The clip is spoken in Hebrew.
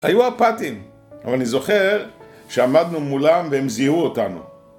היו אפאתיים, אבל אני זוכר שעמדנו מולם והם זיהו אותנו